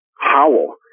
howl